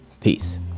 peace